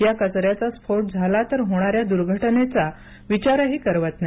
ह्या कच याचा स्फोट झाला तर होणाऱ्या दुर्घटनेचा विचारही करवत नाही